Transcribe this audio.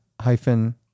hyphen